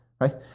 right